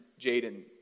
Jaden